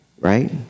right